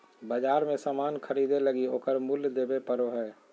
बाजार मे सामान ख़रीदे लगी ओकर मूल्य देबे पड़ो हय